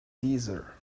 deezer